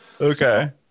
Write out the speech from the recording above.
Okay